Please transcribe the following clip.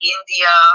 India